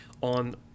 on